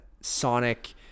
Sonic